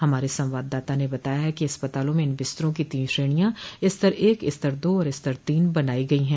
हमारे संवाददाता ने बताया है कि अस्पतालों में इन बिस्तरों की तीन श्रेणियां स्तर एक स्तर दो और स्तर तीन बनाई गयी हैं